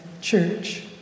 Church